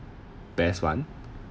best one